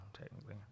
technically